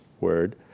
word